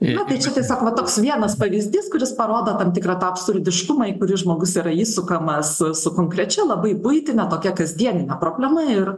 na tai čia tiesiog va toks vienas pavyzdys kuris parodo tam tikrą tą absurdiškumą į kuris žmogus yra išsukamas su konkrečia labai buitine tokia kasdienine problema ir